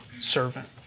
servant